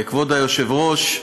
כבוד היושב-ראש,